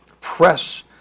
Press